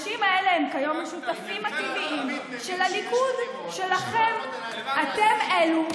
את מדברת על נתניהו?